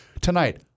Tonight